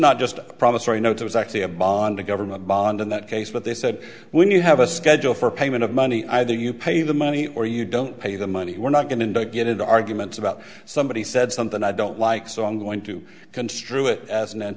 not just a promissory note it was actually a bond a government bond in that case but they said when you have a schedule for payment of money either you pay the money or you don't pay the money we're not going to get into arguments about somebody said something i don't like so i'm going to construe it as